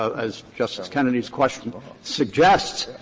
as justice kennedy's question but suggests.